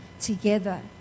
together